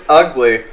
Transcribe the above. ugly